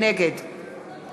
נגד